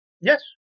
yes